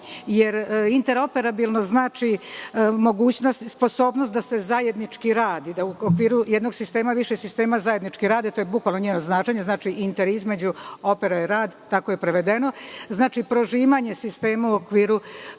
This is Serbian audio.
jer interoperabilno znači mogućnost, sposobnost da se zajednički radi, da u okviru jednog sistema, više sistema zajednički rade, to je bukvalno njeno značenje, znači inter između opera i rad, tako je prevedeno, znači prožimanje sistema u okviru